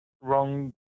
wrong